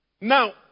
Now